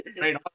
right